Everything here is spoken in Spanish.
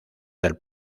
del